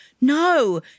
No